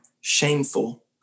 shameful